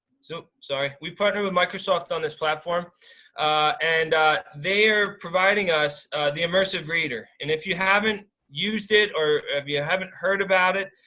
so, sorry. we partnered with microsoft on this platform and they are providing us the immersive reader. and if you haven't used it or if you haven't heard about it,